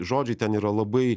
žodžiai ten yra labai